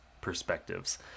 perspectives